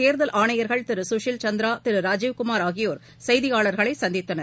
தேர்தல் ஆணையர்கள் திருசுஷில் சந்திராதிருராஜீவ் குமார் ஆகியோர் செய்தியாளர்களைசந்தித்தனர்